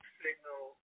signal